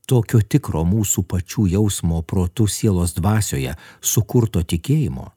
tokio tikro mūsų pačių jausmo protu sielos dvasioje sukurto tikėjimo